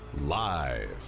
live